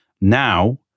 Now